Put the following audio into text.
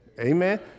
amen